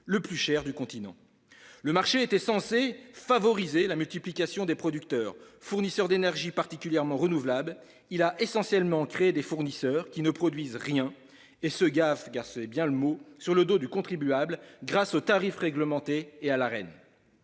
le plus cher du continent. Le marché était censé favoriser la multiplication des producteurs-fournisseurs d'énergie, particulièrement en matière de renouvelable : il a essentiellement créé des fournisseurs qui ne produisent rien et se « gavent » sur le dos du contribuable grâce aux tarifs réglementés et à l'Arenh.